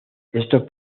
estos